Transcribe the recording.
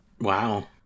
Wow